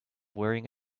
wearing